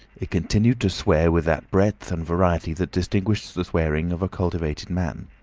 it continued to swear with that breadth and variety that distinguishes the swearing of a cultivated man.